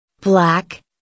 Black